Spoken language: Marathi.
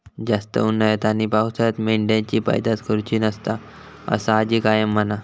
जास्त उन्हाळ्यात आणि पावसाळ्यात मेंढ्यांची पैदास करुची नसता, असा आजी कायम म्हणा